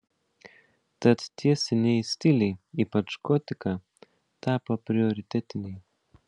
tad tie senieji stiliai ypač gotika tapo prioritetiniai